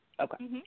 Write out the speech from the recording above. Okay